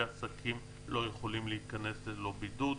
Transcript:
העסקים לא יכולים להיכנס ללא בידוד.